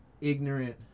ignorant